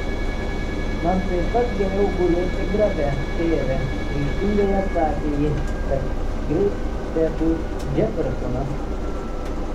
man taip pat geriau gulėti grabe tėve ryžtingai atsakė ji bet greit čia bus džefersonas